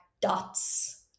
dots